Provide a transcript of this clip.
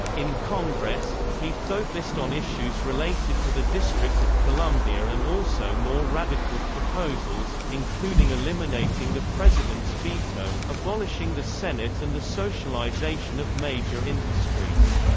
in congress, he focused on issues related to the district of columbia and also more radical proposals, including eliminating the president's veto, abolishing the senate and the socialization of major industries.